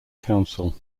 council